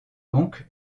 donc